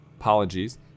Apologies